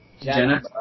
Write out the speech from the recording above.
Jenna